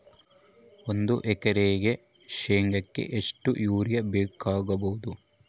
ಒಂದು ಎಕರೆ ಶೆಂಗಕ್ಕೆ ಎಷ್ಟು ಯೂರಿಯಾ ಬೇಕಾಗಬಹುದು?